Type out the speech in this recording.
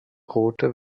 rote